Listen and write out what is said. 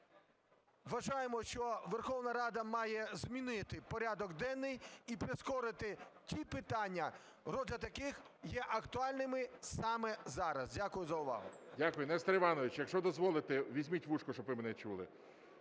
Вважаємо, що Верховна Рада має змінити порядок денний і прискорити ті питання, розгляд яких є актуальним саме зараз. Дякую за увагу. ГОЛОВУЮЧИЙ. Дякую. Нестор Іванович, якщо дозволите, візьміть "вушко", щоб ви мене чули.